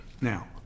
Now